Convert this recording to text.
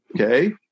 okay